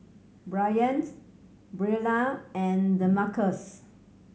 Bryant Brielle and Demarcus